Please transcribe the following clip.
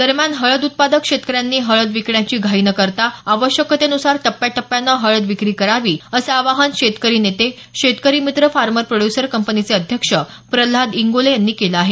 दरम्यान हळद उत्पादक शेतकऱ्यांनी हळद विकण्याची घाई न करता आवश्यकतेनुसार टप्प्या टप्प्यानं हाळद विक्री करावी असं आवाहन शेतकरी नेते शेतकरी मित्र फार्मर प्रोड्य्सर कंपनीचे अध्यक्ष प्रल्हाद इंगोले यांनी केलं आहे